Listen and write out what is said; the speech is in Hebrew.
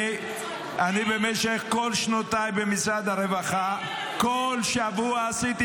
במשך כל שנותיי במשרד הרווחה כל שבוע עשיתי